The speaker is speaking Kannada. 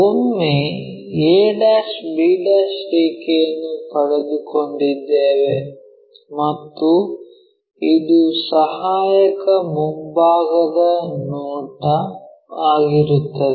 ಒಮ್ಮೆ a b ರೇಖೆಯನ್ನು ಪಡೆದುಕೊಂಡಿದ್ದೇವೆ ಮತ್ತು ಇದು ಸಹಾಯಕ ಮುಂಭಾಗದ ನೋಟವಾಗಿರುತ್ತದೆ